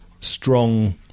strong